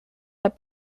that